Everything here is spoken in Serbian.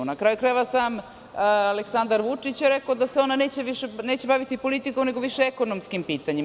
Na kraju krajeva, sam Aleksandar Vučić je rekao da se ona neće baviti politikom, nego više ekonomskim pitanjima.